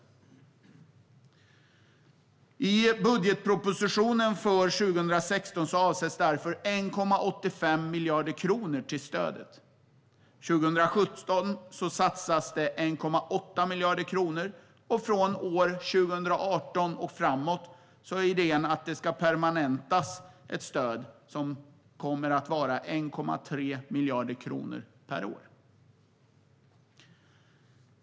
I budgetpropositionen för 2016 avsätts därför 1,85 miljarder kronor till stödet. År 2017 satsas 1,8 miljarder kronor, och från år 2018 och framåt är idén att ett stöd ska permanentas på 1,3 miljarder kronor per år.